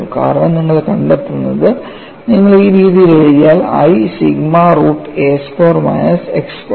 കാരണം നിങ്ങൾ കണ്ടെത്തുന്നത് നിങ്ങൾ ഈ രീതിയിൽ എഴുതിയാൽ i sigma root a square minus x square